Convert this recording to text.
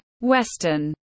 Western